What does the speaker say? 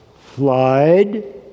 flood